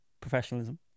professionalism